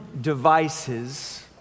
devices